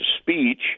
speech